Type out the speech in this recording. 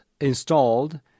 installed